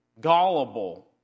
gullible